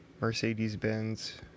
Mercedes-Benz